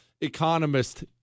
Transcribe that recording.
economist